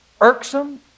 irksome